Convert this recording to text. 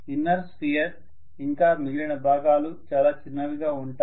inner sphere ఇంకా మిగిలిన భాగాలు చాలా చిన్నవిగా ఉంటాయి